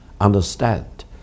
understand